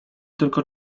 tylko